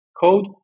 code